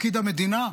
תפקיד המדינה,